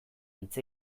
hitz